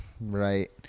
Right